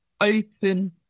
open